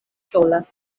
sola